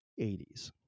80s